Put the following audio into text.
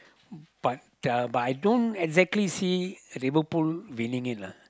but the uh but I don't exactly see Liverpool winning it lah